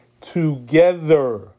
together